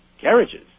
carriages